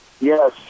yes